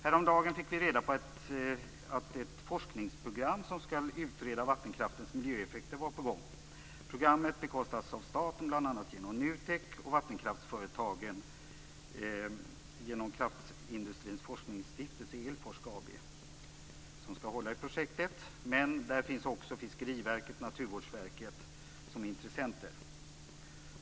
Häromdagen fick vi reda på att ett forskningsprogram som skall utreda vattenkraftens miljöeffekter var på gång. Programmet bekostas av staten bl.a. genom Nutek och vattenkraftsföretagen. Kraftindustrins forskningsstiftelse Elforsk AB skall hålla i projektet. Men Fiskeriverket och Naturvårdsverket är också intressenter.